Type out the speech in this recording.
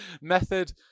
method